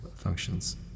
functions